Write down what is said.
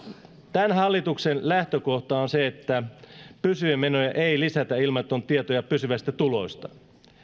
tämän hallituksen lähtökohta on se että pysyviä menoja ei lisätä ilman että on tietoja pysyvistä tuloista